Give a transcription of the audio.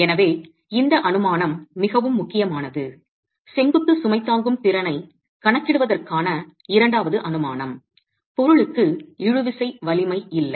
எனவே இந்த அனுமானம் மிகவும் முக்கியமானது செங்குத்து சுமை தாங்கும் திறனைக் கணக்கிடுவதற்கான இரண்டாவது அனுமானம் பொருளுக்கு இழுவிசை வலிமை இல்லை